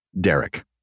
Derek